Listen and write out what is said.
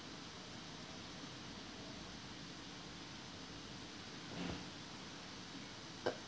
uh